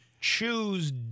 choose